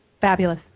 Fabulous